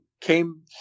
came